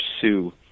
sue